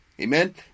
Amen